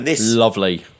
Lovely